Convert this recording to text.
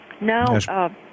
No